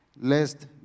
lest